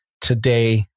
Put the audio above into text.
today